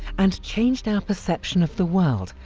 and changed our perception of the world,